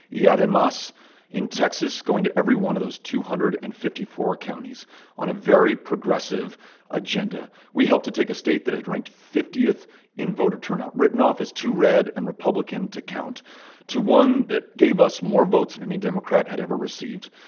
yeah ah um in texas, going to every one of those two hundred and fifty four counties on a very progressive agenda, we helped to take a state that had ranked fiftieth in voter turnout, written off as too red and republican to count to one that gave us more votes than any democrat had ever received,